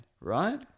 right